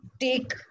take